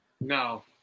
No